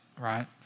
right